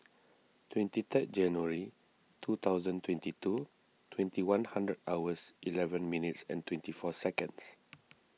twenty third January two thousand twenty two twenty one hundred hours eleven minutes and twenty four seconds